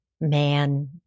man